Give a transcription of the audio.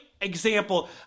example